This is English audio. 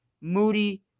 Moody